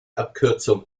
abkürzung